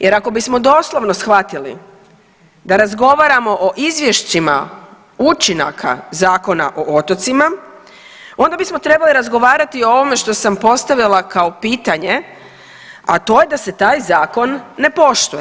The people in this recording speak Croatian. Jer ako bismo doslovno shvatili da razgovaramo o izvješćima učinaka Zakona o otocima, onda bismo trebali razgovarati o ovome što sam postavila kao pitanje, a to je da se taj zakon ne poštuje.